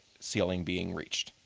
ceiling being reached.